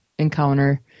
encounter